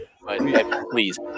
please